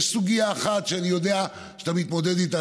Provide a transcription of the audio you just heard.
יש סוגיה אחת שאני יודע שאתה מתמודד איתה,